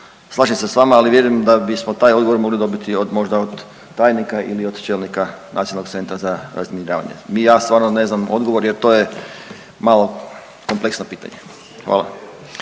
Slažem se sa vama ali vjerujem da bismo taj odgovor mogli dobiti možda od tajnika ili od čelnika Nacionalnog centra za razminiravanje. Ja stvarno ne znam odgovor jer to je malo kompleksno pitanje. Hvala.